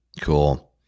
Cool